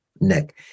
Nick